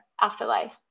afterlife